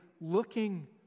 looking